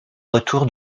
retour